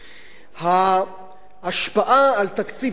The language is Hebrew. ההשפעה על תקציב המדינה, אדוני,